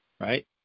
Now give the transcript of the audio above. right